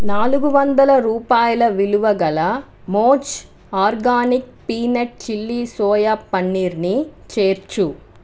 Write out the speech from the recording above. నాలుగు వందల రూపాయల విలువ గల మోజ్ ఆర్గానిక్ పీనట్ చిల్లీ సోయా పనీర్ని చేర్చు